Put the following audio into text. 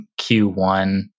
Q1